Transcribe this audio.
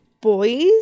boys